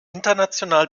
international